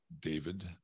David